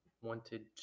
wanted